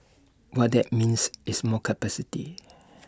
what that means is more capacity